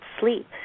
sleep